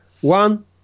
One